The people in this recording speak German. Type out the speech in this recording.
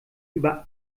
über